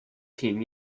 team